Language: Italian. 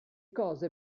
cose